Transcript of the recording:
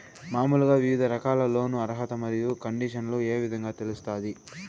మామూలుగా వివిధ రకాల లోను అర్హత మరియు కండిషన్లు ఏ విధంగా తెలుస్తాది?